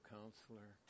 Counselor